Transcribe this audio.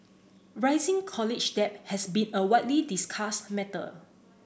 rising college debt has been a widely discussed matter